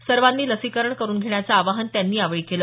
सर्वांनी लसीकरण करून घेण्याचं आवाहन त्यांनी यावेळी केलं